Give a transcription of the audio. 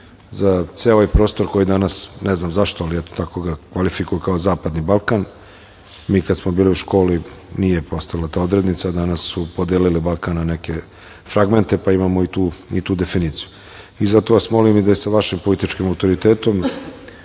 za ceo ovaj prostor koji danas ne znam zašto, ali eto tako ga kvalifikuju kao Zapadni Balkan. Mi kada smo bili u školi nije postojala ta odrednica, a danas su podelili Balkan na neki fragmente, pa imamo i tu definiciju.I zato vas molim da i sa vašim političkim autoritetom